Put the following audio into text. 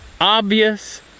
obvious